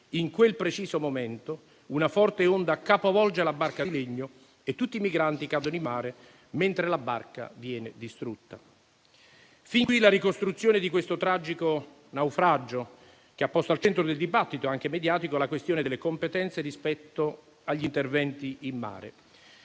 In quel preciso momento, una forte onda capovolge la barca di legno e tutti i migranti cadono in mare, mentre la barca viene distrutta. Fin qui la ricostruzione di questo tragico naufragio, che ha posto al centro del dibattito, anche mediatico, la questione delle competenze rispetto agli interventi in mare.